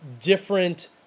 different